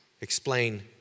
explain